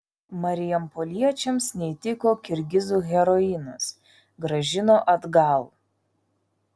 marijampoliečiams neįtiko kirgizų heroinas grąžino atgal